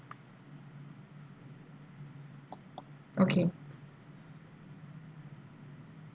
okay